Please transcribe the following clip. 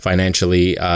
Financially